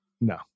No